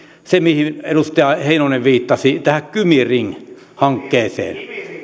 se mihin edustaja heinonen viittasi tämä kymi ring hanke